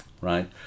right